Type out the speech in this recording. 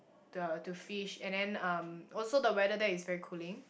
the to fish and then um also the weather there is very cooling